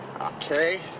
Okay